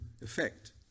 effect